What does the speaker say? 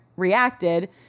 reacted